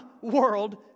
world